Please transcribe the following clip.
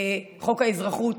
חוק האזרחות,